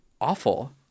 awful